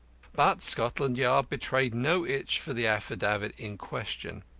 but scotland yard betrayed no itch for the affidavit in question,